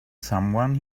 someone